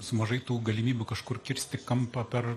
su mažai tų galimybių kažkur kirsti kampą per